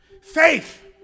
Faith